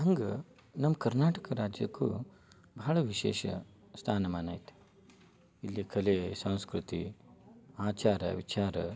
ಹಂಗೆ ನಮ್ಮ ಕರ್ನಾಟಕ ರಾಜ್ಯಕ್ಕೂ ಬಹಳ ವಿಶೇಷ ಸ್ಥಾನಮಾನ ಐತೆ ಇಲ್ಲಿ ಕಲೆ ಸಂಸ್ಕೃತಿ ಆಚಾರ ವಿಚಾರ